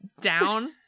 down